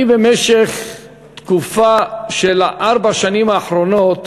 במשך התקופה של ארבע השנים האחרונות